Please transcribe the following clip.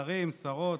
שרים, שרות,